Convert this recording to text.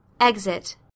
Exit